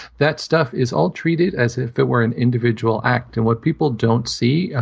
that stuff is all treated as if it were an individual act. and what people don't see,